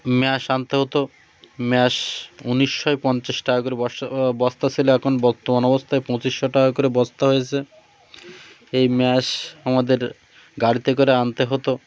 mash আনতে হতো mash ঊনিশশো পঞ্চাশ টাকা করে বসা বস্তা ছিল এখন বর্তমন অবস্থায় পঁচিশশো টাকা করে বস্তা হয়েছে এই ম্যাশ আমাদের গাড়িতে করে আনতে হতো